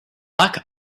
luck